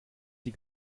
sie